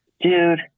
Dude